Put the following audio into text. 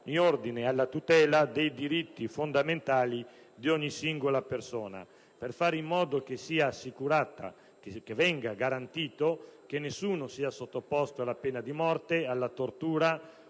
in merito alla tutela dei diritti fondamentali di ogni singola persona, per fare in modo che venga garantito che nessuno sia sottoposto alla pena di morte, alla tortura